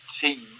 team